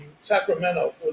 Sacramento